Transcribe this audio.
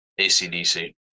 ACDC